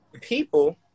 People